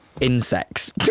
Insects